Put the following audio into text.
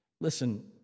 Listen